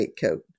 coat